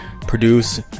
produce